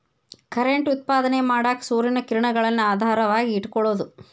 current ಉತ್ಪಾದನೆ ಮಾಡಾಕ ಸೂರ್ಯನ ಕಿರಣಗಳನ್ನ ಆಧಾರವಾಗಿ ಇಟಕೊಳುದು